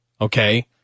okay